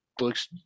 looks